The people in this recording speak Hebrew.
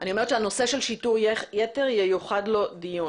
הנושא של שיטור יתר, ייוחד לו דיון.